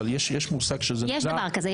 אבל יש מושג שנקרא --- יש דבר כזה,